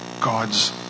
God's